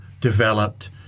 developed